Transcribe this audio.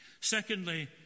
Secondly